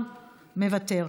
אינו נוכח,